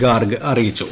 ഗാർഗ് അറിയിച്ചു